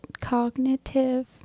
cognitive